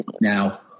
now